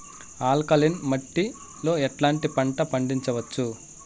Alkaline మట్టి లో ఎట్లాంటి పంట పండించవచ్చు,?